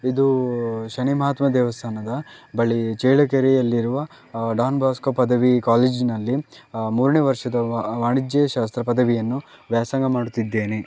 ಇದು ಶನಿ ಮಹಾತ್ಮ ದೇವಸ್ಥಾನದ ಬಳಿ ಚೇಳಕೆರೆಯಲ್ಲಿರುವ ಡಾನ್ ಬಾಸ್ಕೋ ಪದವಿ ಕಾಲೇಜಿನಲ್ಲಿ ಮೂರನೇ ವರ್ಷದ ವಾ ವಾಣಿಜ್ಯ ಶಾಸ್ತ್ರ ಪದವಿಯನ್ನು ವ್ಯಾಸಂಗ ಮಾಡುತ್ತಿದ್ದೇನೆ